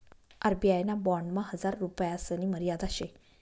RBI ना बॉन्डमा हजार रुपयासनी मर्यादा शे